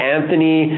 Anthony